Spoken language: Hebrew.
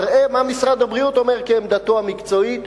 אראה מה משרד הבריאות אומר כעמדתו המקצועית,